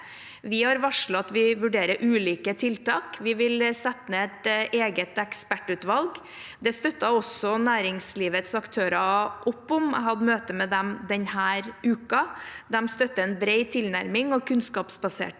Vi har varslet at vi vurderer ulike tiltak. Vi vil sette ned et eget ekspertutvalg, og det støtter også næringslivets aktører opp om. Jeg hadde møte med dem denne uka. De støtter en bred tilnærming og kunnskapsbaserte